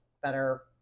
better